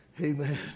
Amen